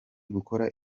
gukora